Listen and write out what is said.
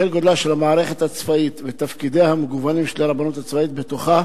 בשל גודלה של המערכת הצבאית ותפקידיה המגוונים של הרבנות הצבאית בתוכה,